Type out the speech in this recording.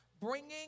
bringing